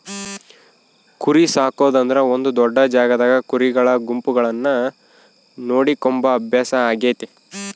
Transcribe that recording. ಕುರಿಸಾಕೊದು ಅಂದ್ರ ಒಂದು ದೊಡ್ಡ ಜಾಗದಾಗ ಕುರಿಗಳ ಗುಂಪುಗಳನ್ನ ನೋಡಿಕೊಂಬ ಅಭ್ಯಾಸ ಆಗೆತೆ